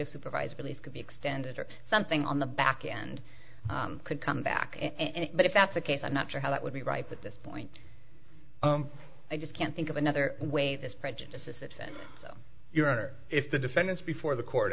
of supervised release could be extended or something on the back end could come back and but if that's the case i'm not sure how that would be right at this point i just can't think of another way this prejudice this event so your honor if the defendant's before the court